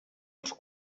els